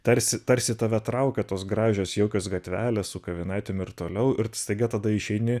tarsi tarsi tave traukia tos gražios jaukios gatvelės su kavinaitėm ir toliau ir tu staiga tada išeini